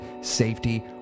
safety